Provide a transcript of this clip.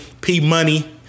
P-Money